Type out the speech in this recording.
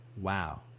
wow